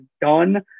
done